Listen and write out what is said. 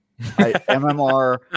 MMR